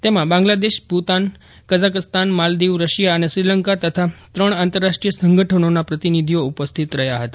તેમાં Bangladesh Bhutan Kazakhstan Maldives Russia અને શ્રીલંકા તથા ત્રણ આંતરરાષ્ટ્રીય સંગઠનોના પ્રતિનિધિઓ ઉપસ્થિત હતા